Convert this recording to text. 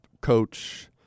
coach